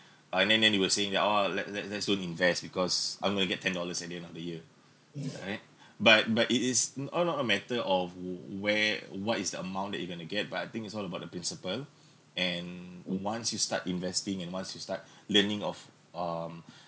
by then then you were saying that oh let let let's go invest because I'm gonna get ten dollars at the end of the year right but but it is not not a matter of where what is the amount that you gonna get but I think it's all about the principle and once you start investing and once you start learning of um